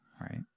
right